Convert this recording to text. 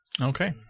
Okay